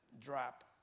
drop